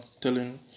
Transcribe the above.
telling